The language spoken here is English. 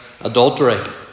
adultery